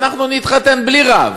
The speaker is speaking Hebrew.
ואנחנו נתחתן בלי רב.